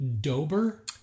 Dober